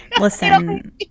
listen